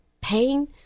pain